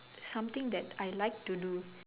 something that I like to do